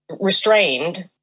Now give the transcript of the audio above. restrained